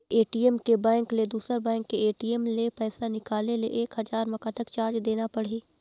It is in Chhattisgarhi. ए.टी.एम के बैंक ले दुसर बैंक के ए.टी.एम ले पैसा निकाले ले एक हजार मा कतक चार्ज देना पड़ही?